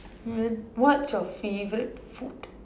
hmm what's your favourite food